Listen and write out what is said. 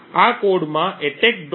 આ કોડમાં attack